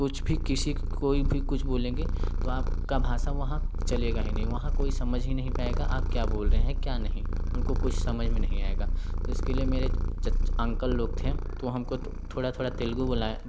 कुछ भी किसी कोई भी कुछ बोलेंगे तो आपका भाषा वहाँ चलेगा ही नहीं वहाँ कोई समझ ही नहीं पाएगा आप क्या बोल रहे है क्या नहीं उनको कुछ समझ में नहीं आएगा तो इसके लिए मेरे अंकल लोग थे तो हमको थोड़ा थोड़ा तेलुगु बोलाया